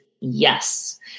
Yes